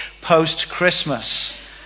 post-Christmas